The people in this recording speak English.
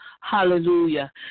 Hallelujah